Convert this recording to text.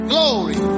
Glory